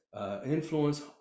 Influence